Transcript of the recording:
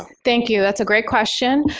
thank you. that's a great question.